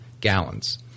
gallons